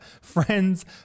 friends